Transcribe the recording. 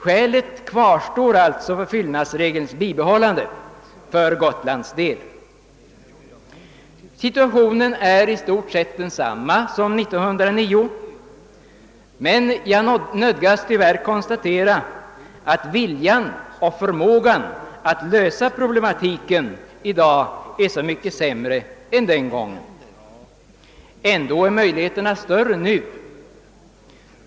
Skälet kvarstår alltså för fyllnadsregelns bibehållande för Gotlands del. Situationen är i stort sett densamma som år 1909, men jag nödgas tyvärr konstatera att viljan och förmågan att lösa problematiken i dag är så mycket säm re än då. Ändå är möjligheterna större nu.